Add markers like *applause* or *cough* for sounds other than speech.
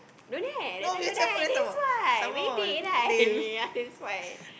don't have that time don't have that's why bedek right *laughs* that's why